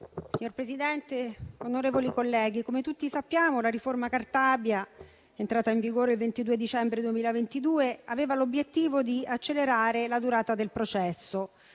Signor Presidente, onorevoli colleghi, come tutti sappiamo, la riforma Cartabia, entrata in vigore il 22 dicembre 2022, aveva l'obiettivo di accelerare la durata del processo